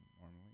normally